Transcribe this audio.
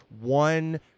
one